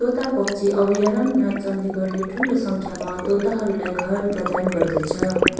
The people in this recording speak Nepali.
तोता पक्षी अभयारण्य चण्डीगढले ठुलो सङ्ख्यामा तोताहरूलाई घर प्रदान गर्दछ